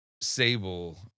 Sable